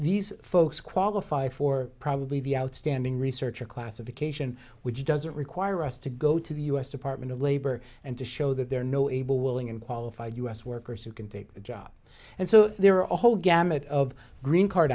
these folks qualify for probably be outstanding research or classification which doesn't require us to go to the u s department of labor and to show that there are no able willing and qualified u s workers who can take the job and so there a whole gamut of green card